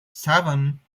seven